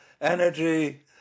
energy